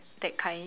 that kind